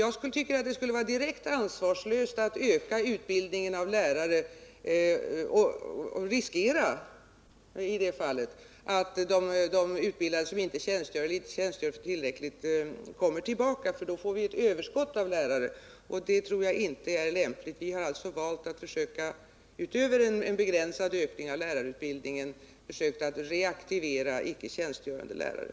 Jag anser att det vore direkt ansvarslöst att öka utbildningen av lärare och då riskera att de redan utbildade som inte tjänstgör eller inte tjänstgör tillräckligt kommer tillbaka. I så fall finge vi ett överskott av lärare, vilket inte vore lämpligt. Vi har valt att utöver en begränsad ökning av lärarutbildningen försöka reaktivera icke tjänstgörande lärare.